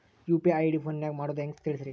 UPI ID ಫೋನಿನಾಗ ಮಾಡೋದು ಹೆಂಗ ತಿಳಿಸ್ರಿ?